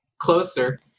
Closer